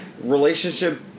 relationship